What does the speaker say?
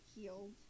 healed